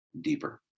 deeper